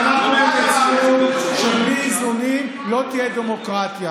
גם אנחנו רוצים לשמר את המערכת.